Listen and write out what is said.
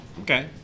Okay